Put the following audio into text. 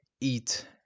eat